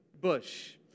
bush